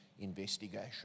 investigation